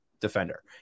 defender